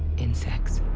insects.